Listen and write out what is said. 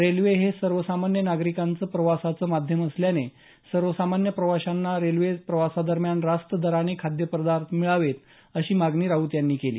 railway हे सर्वसामान्य नागरिकांचं प्रवासाचं माध्यम असल्याने सर्वसामान्य प्रवाशांना रेल्वे प्रवासादरम्यान रास्त दराने खाद्यपदार्थ मिळावेत अशी मागणी राऊत यांनी केली